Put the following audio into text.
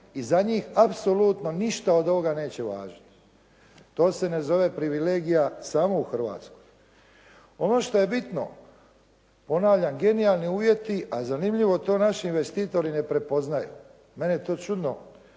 i za njih apsolutno ništa od ovoga neće važiti. To se ne zove privilegija samo u Hrvatskoj. Ono što je bitno, ponavljam, genijalni uvjeti, a zanimljivo, to naši investitori ne prepoznaju. Meni je to čudno